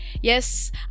yes